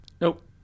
Nope